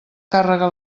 càrrega